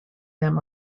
them